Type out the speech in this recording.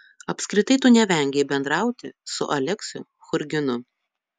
apskritai tu nevengei bendrauti su aleksiu churginu